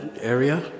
area